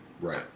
Right